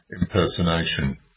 impersonation